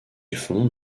fonde